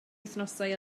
wythnosau